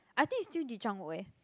I think it's still Ji-Chang-Wook eh